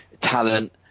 talent